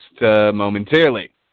momentarily